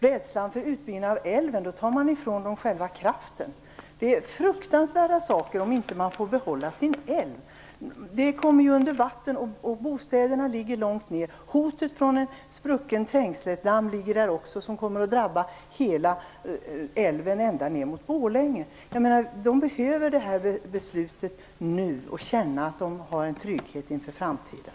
Rädslan för utbyggnad av älven tar ifrån dem själva kraften. Det är fruktansvärt för dem om de inte får behålla sin älv. De hamnar under vattnet. Bostäderna ligger långt ner. Hotet från en sprucken Trängseldamm finns där också. Den kommer att drabba hela älvområdet ända ner mot Borlänge. Människorna behöver detta beslut nu, så att de kan känna att de har en trygghet inför framtiden.